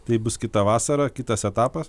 taip bus kitą vasarą kitas etapas